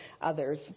others